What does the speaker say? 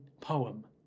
poem